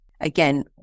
Again